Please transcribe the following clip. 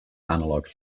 analogue